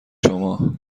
شما